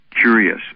curious